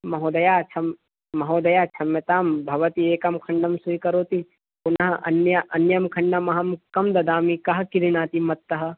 महोदया क्षं महोदया क्षम्यतां भवती एकं खण्डं स्वीकरोति पुनः अन्य् अन्यं खण्डम् अहं कं ददामी कः क्रीणाति मत्तः